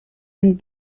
and